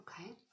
okay